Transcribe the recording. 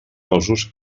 cossos